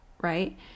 right